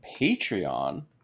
Patreon